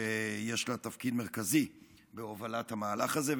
שיש לה תפקיד מרכזי בהובלת המהלך הזה.